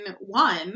one